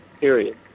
period